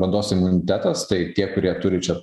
bandos imunitetas tai tie kurie turi čia